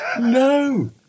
no